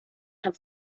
have